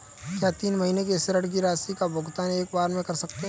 क्या तीन महीने के ऋण की राशि का भुगतान एक बार में कर सकते हैं?